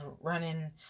running